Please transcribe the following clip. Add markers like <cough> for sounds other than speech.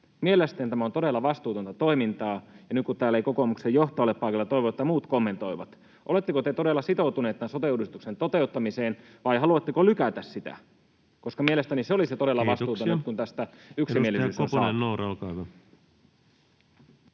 Mielestäni tämä on todella vastuutonta toimintaa, ja nyt kun täällä ei kokoomuksen johtoa ole paikalla, toivon, että muut kommentoivat. Oletteko te todella sitoutuneet sote-uudistuksen toteuttamiseen, vai haluatteko lykätä sitä? <noise> Mielestäni se olisi todella vastuutonta, kun tästä yksimielisyys on saavutettu. [Speech 346] Speaker: